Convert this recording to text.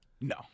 No